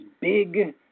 big